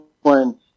one